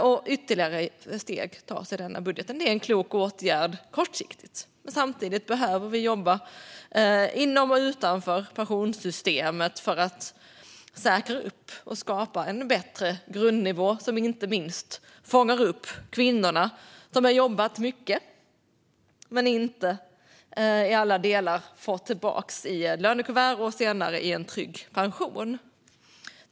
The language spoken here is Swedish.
Och ytterligare steg tas i denna budget. Det är en klok åtgärd kortsiktigt. Men samtidigt behöver vi jobba inom och utanför pensionssystemet för att säkra och skapa en ännu bättre grundnivå, som inte minst fångar upp kvinnorna som har jobbat mycket men inte i alla delar fått tillbaka det i lönekuvertet och senare i en trygg pension.